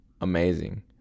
Amazing